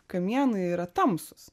kamienai yra tamsūs